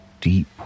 deep